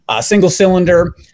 single-cylinder